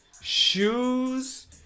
shoes